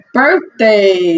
birthday